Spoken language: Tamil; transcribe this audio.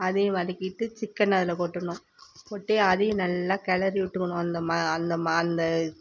அதையும் வதக்கிட்டு சிக்கனை அதில் கொட்டணும் கொட்டி அதையும் நல்லா கெளரி விட்டுக்கணும் அந்த மா அந்த மா அந்த